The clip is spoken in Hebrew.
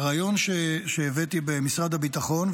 הרעיון שהבאתי במשרד הביטחון,